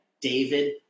David